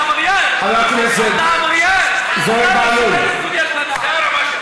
שלא ידברו, כדי שיהיו 50 ידיים.